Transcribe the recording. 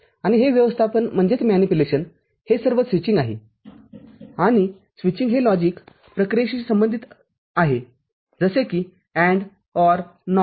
आणि हे व्यवस्थापन हे सर्व स्विचिंग आहेआणि स्विचिंग हे लॉजिक प्रक्रियेशी संबंधित आहे जसे कि AND OR NOT